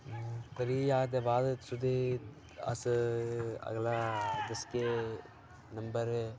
त्रीह् ज्हार दे बाद तुसेंगी अस अगला दस्सगे नंबर